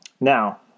Now